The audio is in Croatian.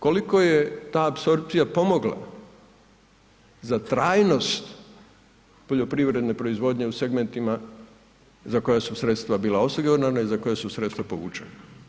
Koliko je ta apsorpcija pomogla za trajnost poljoprivredne proizvodnje u segmentima za koja su sredstva bila osigurana i za koja su sredstva povučena?